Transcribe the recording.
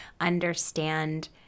understand